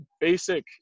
basic